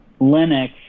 Linux